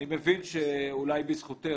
אני מבין שאולי בזכותך,